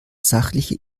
sachliche